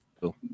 Cool